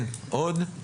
כן, עוד?